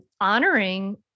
honoring